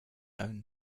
own